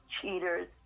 cheaters